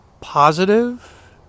positive